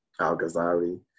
Al-Ghazali